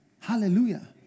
Hallelujah